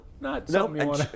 No